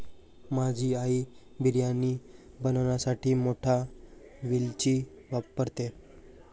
माझी आई बिर्याणी बनवण्यासाठी मोठी वेलची वापरते